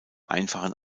einfachen